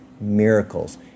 miracles